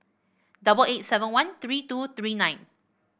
double eight seven one three two three nine